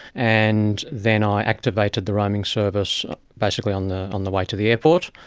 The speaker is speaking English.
and then i activated the roaming service basically on the on the way to the airport,